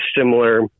similar